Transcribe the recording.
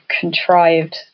contrived